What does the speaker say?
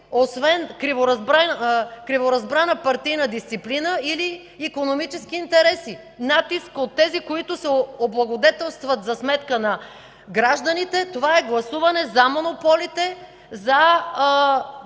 освен криворазбрана партийна дисциплина или икономически интереси – натиск от тези, които се облагодетелстват за сметка на гражданите, това е гласуване за монополите, за